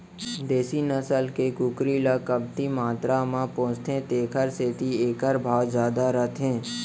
देसी नसल के कुकरी ल कमती मातरा म पोसथें तेकर सेती एकर भाव जादा रथे